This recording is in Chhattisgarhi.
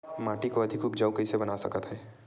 माटी को अधिक उपजाऊ कइसे बना सकत हे?